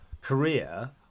career